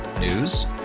News